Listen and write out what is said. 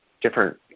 different